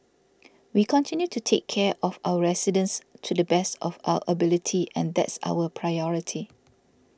we continue to take care of our residents to the best of our ability and that's our priority